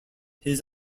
his